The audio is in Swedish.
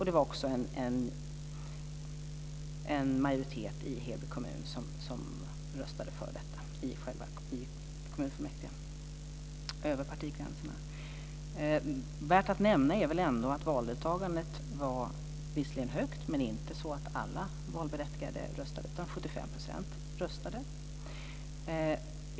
Det var också en majoritet i Heby kommuns kommunfullmäktige som röstade för detta - över partigränserna. Värt att nämna är att valdeltagandet var visserligen högt, men alla valberättigade röstade inte utan bara 75 %.